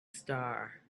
star